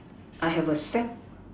I have a sack